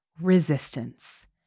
resistance